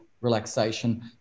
relaxation